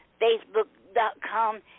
Facebook.com